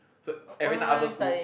so everytime after school